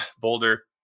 Boulder